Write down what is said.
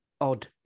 odd